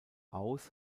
aus